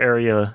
Area